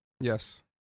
Yes